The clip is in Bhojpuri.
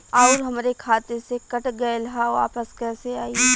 आऊर हमरे खाते से कट गैल ह वापस कैसे आई?